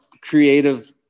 creative